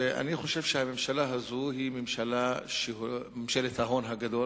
אני חושב שהממשלה הזאת היא ממשלת ההון הגדול,